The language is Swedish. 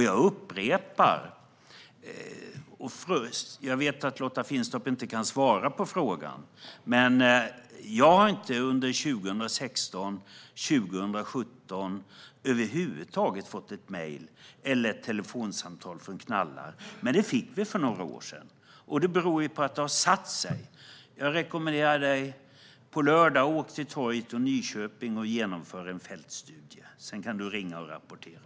Jag vet att Lotta Finstorp inte kan svara på några frågor, men jag har under 2016 och 2017 över huvud taget inte fått mejl eller telefonsamtal från knallar, vilket vi fick för några år sedan. Men det beror ju på att detta har satt sig. Jag rekommenderar dig att åka till torget i Nyköping och genomföra en fältstudie på lördag, Lotta Finstorp. Sedan kan du ringa och rapportera!